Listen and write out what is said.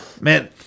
man